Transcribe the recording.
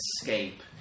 escape